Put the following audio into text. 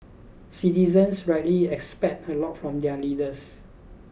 citizens rightly expect a lot from their leaders